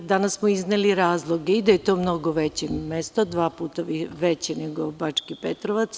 Danas smo izneli razloge i da je to mnogo veće mesto, dva puta veće nego Bački Petrovac.